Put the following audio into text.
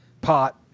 pot